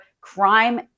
crime